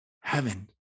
heaven